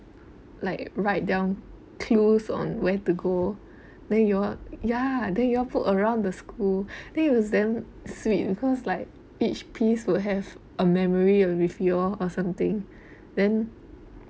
like write down clues on where to go then you all ya then you all put around the school then it was damn sweet because like each piece will have a memory with you all or something then